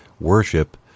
worship